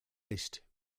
list